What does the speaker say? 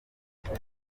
jean